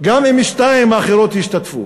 גם אם שתיים אחרות ישתתפו.